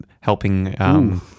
helping